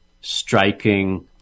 striking